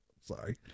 Sorry